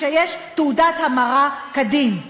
וכשיש תעודת המרה כדין?